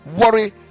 worry